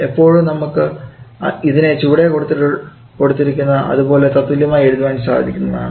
എപ്പോഴും നമുക്ക് ഇതിനെ ചുവടെ കൊടുത്തിരിക്കുന്ന അതുപോലെ തത്തുല്യമായി എഴുതുവാൻ സാധിക്കുന്നതാണ്